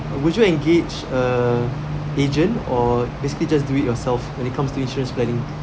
would you engage a agent or basically just do it yourself when it comes to insurance planning